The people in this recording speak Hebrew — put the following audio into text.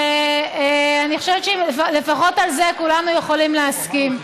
אני חושבת שלפחות על זה כולנו יכולים להסכים.